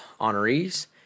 honorees